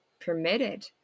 permitted